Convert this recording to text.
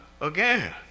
again